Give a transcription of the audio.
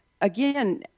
again